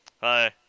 Hi